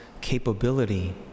capability